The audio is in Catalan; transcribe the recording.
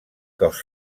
cos